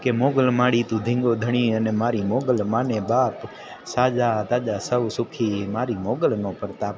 કે મોગલ માડી તું ધીંગો ધણી અને મારી મોગલ મા ને બાપ સાજા તાજા સૌ સુખી મારી મોગલનો પરતાપ